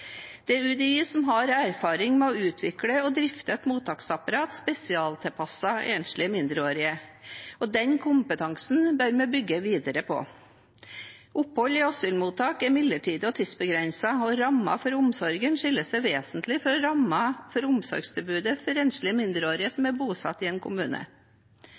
Det er UDI som har erfaring med å utvikle og drifte et mottaksapparat spesialtilpasset enslige mindreårige, og den kompetansen bør vi bygge videre på. Opphold i asylmottak er midlertidig og tidsbegrenset, og rammene for omsorgen skiller seg vesentlig fra rammene for omsorgstilbudet for enslige mindreårige som er bosatt i en kommune.